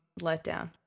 letdown